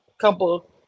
couple